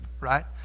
right